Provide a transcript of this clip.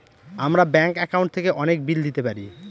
আমরা bank account থেকে অনেক বিল দিতে পারি